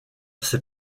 ses